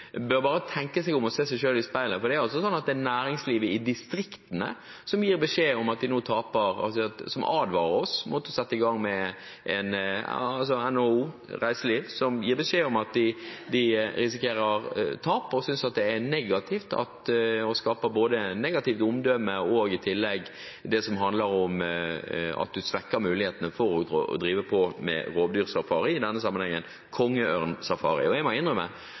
bør tenke seg om og se seg selv i speilet. Det er næringslivet i distriktene, altså NHO Reiseliv, som gir beskjed om at de risikerer tap, og synes at det er negativt, og at det skaper et negativt omdømme. I tillegg handler det om at man svekker mulighetene for å drive med rovdyrsafari, i denne sammenheng kongeørnsafari. Jeg må